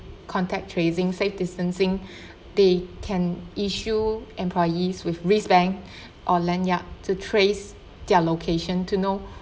contact tracing safe distancing they can issue employees with risk bank or lanyard to trace their location to know